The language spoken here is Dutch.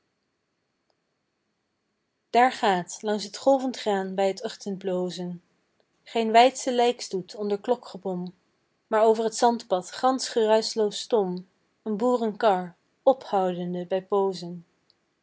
daar gaat langs t golvend graan bij t uchtendblozen geen weidsche lijkstoet onder klokgebom maar over t zandpad gansch geruischloos stom een boerenkar phoudende bij poozen